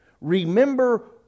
remember